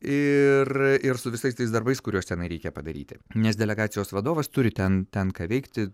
ir su visais tais darbais kuriuos tenai reikia padaryti nes delegacijos vadovas turi ten ten ką veikti